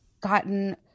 gotten